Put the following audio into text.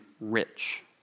rich